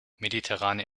mediterrane